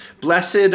blessed